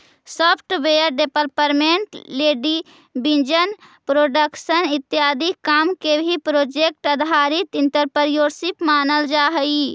software development television production इत्यादि काम के भी प्रोजेक्ट आधारित एंटरप्रेन्योरशिप मानल जा हई